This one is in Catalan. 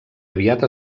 aviat